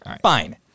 Fine